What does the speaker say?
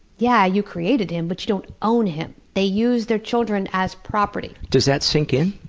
yeah, you created him, but you don't own him. they use their children as property. does that sink in?